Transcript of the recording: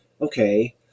okay